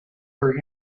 for